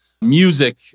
music